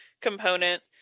component